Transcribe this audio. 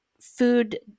food